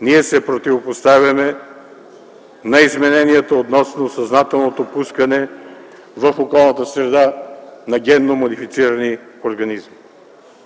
ние се противопоставяме на изменението относно съзнателното пускане на генно модифицирани организми